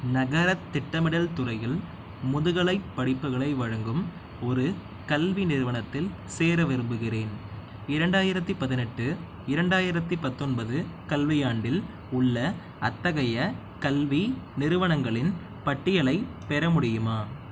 நகர திட்டமிடல் துறையில் முதுகலை படிப்புகளை வழங்கும் ஒரு கல்வி நிறுவனத்தில் சேர விரும்புகிறேன் இரண்டாயிரத்தி பதினெட்டு இரண்டாயிரத்தி பத்தொன்பது கல்வியாண்டில் உள்ள அத்தகைய கல்வி நிறுவனங்களின் பட்டியலை பெற முடியுமா